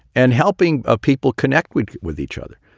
and helping ah people connect with with each other.